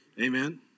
Amen